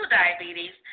diabetes